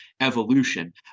evolution